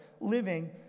living